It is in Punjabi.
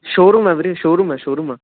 ਸ਼ੋਰੂਮ ਹੈ ਵੀਰੇ ਸ਼ੋਰੂਮ ਹੈ ਸ਼ੋਰੂਮ ਹੈ